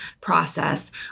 process